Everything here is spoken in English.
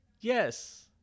Yes